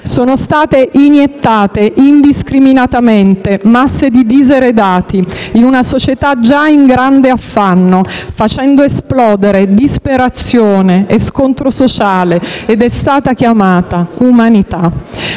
Sono state iniettate indiscriminatamente masse di diseredati in una società già in grande affanno, facendo esplodere disperazione e scontro sociale ed è stata chiamata umanità.